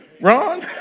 Wrong